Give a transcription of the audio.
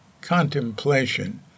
contemplation